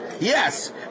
Yes